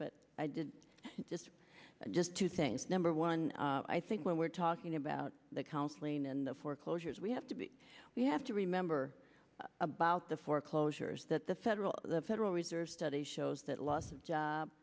but i did just just two things number one i think when we're talking about the counseling and the foreclosures we have to be we have to remember about the foreclosures that the federal the federal reserve study shows that los